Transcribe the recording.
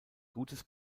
gutes